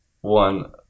one